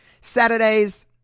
Saturdays